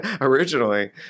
originally